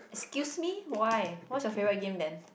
excuse me why what's your favourite game then